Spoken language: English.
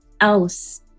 else